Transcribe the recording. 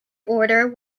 order